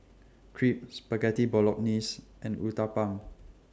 Crepe Spaghetti Bolognese and Uthapam